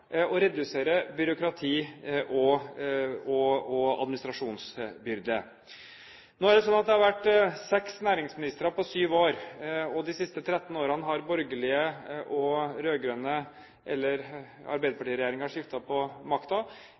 å redusere byråkrati og administrasjonsbyrde. Nå er det sånn at det har vært seks næringsministre på syv år, og de siste 13 årene har borgerlige og rød-grønne eller arbeiderpartiregjeringer skiftet på